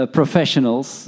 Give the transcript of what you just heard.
professionals